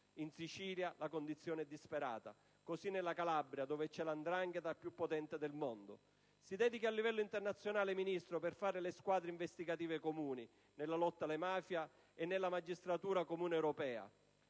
In Sicilia la condizione è disperata; così in Calabria, dove la 'ndrangheta è l'organizzazione criminale più potente del mondo. Si dedichi a livello internazionale, Ministro, per fare le squadre investigative comuni nella lotta alla mafia e nella magistratura comune europea.